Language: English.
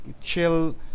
chill